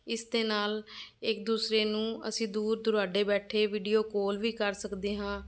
ਇਸ ਦੇ ਨਾਲ ਇੱਕ ਦੂਸਰੇ ਨੂੰ ਅਸੀਂ ਦੂਰ ਦੁਰਾਡੇ ਬੈਠੇ ਵੀਡੀਓ ਕਾਲ ਵੀ ਕਰ ਸਕਦੇ ਹਾਂ